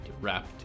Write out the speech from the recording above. wrapped